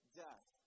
death